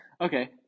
Okay